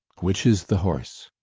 which is the horse?